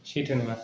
सैथो नङा